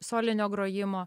solinio grojimo